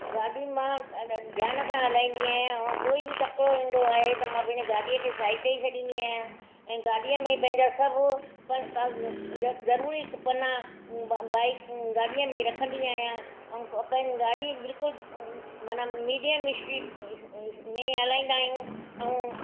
गाॾी मां ध्यानु सां हलाईंदी आहियां ऐं कोई बि तकिड़ो ईंदो आहे त मां पंहिंजी गाॾीअ खे साइड ॾेई छॾींदी आहिंयां ऐं गाॾीअ में पंहिंजा सभु पन कंग ज जरूरी पना आ बाइक गाॾीअ में रखंदी आहियां ऐं पंहिंजी गाॾी बिल्कुलु माना मीडिया स्पी स्पी स्पी में हलाईंदा आहिंयूं ऐं